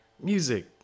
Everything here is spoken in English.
music